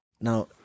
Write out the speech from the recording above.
Now